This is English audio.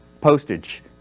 Postage